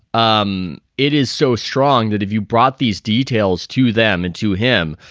um it is so strong that if you brought these details to them and to him,